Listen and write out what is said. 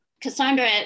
cassandra